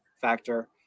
factor